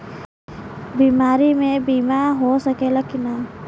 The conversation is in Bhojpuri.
बीमारी मे बीमा हो सकेला कि ना?